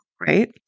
right